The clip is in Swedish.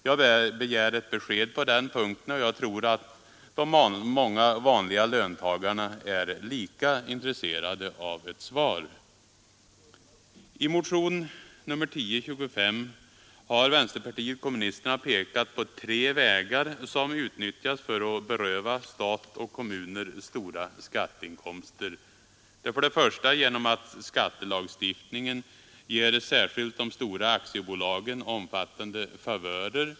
Jag begär ett besked på den punkten, och jag tror att de många vanliga löntagarna är lika intresserade av ett Svar. I motionen 1025 har vänsterpartiet kommunisterna pekat på tre vägar som utnyttjas för att beröva stat och kommuner stora skatteinkomster: 1. Genom att skattelagstiftningen ger särskilt de stora aktiebolagen omfattande favörer.